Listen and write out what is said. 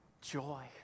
joy